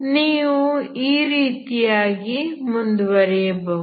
ನೀವು ಈ ರೀತಿಯಾಗಿ ಮುಂದುವರಿಯಬಹುದು